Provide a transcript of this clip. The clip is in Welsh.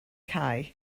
cae